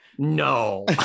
no